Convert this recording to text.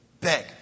beg